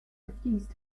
refused